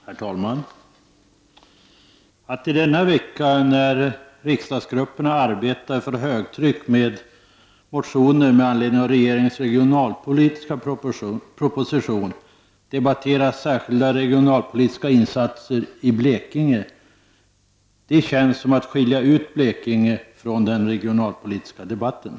Herr talman! Att i denna vecka, när riksdagsgrupperna arbetar för högtryck med motioner med anledning av regeringens regionalpolitiska proposition, debattera särskilda regionalpolitiska insatser i Blekinge känns som att skilja ut Blekinge från den regionalpolitiska debatten.